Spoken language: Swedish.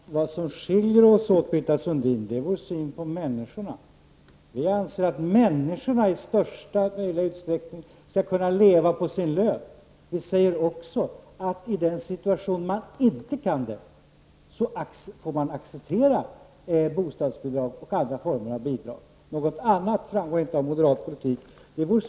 Herr talman! Vad som skiljer oss åt, Britta Sundin, är sättet att se på människorna. Vi moderater anser att människorna i största möjliga utsträckning skall kunna leva på sin lön. Men om en människa befinner sig i en situation där detta är omöjligt, måste bostadsbidrag och andra former av bidrag accepteras. Det är vad moderat politik innebär.